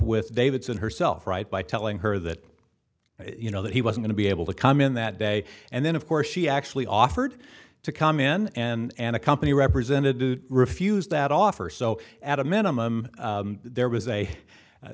with davidson herself right by telling her that you know that he was going to be able to come in that day and then of course she actually offered to come in and accompany represented refused that offer so at a minimum there was